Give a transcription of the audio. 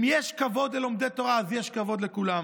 אם יש כבוד ללומדי תורה, אז יש כבוד לכולם.